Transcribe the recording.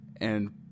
and